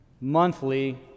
monthly